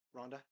Rhonda